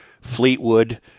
Fleetwood